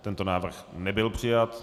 Tento návrh nebyl přijat.